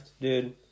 Dude